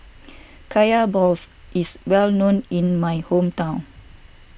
Kaya Balls is well known in my hometown